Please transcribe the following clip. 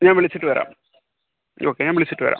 ഞാൻ വിളിച്ചിട്ട് വരാം ഓക്കെ ഞാൻ വിളിച്ചിട്ട് വരാം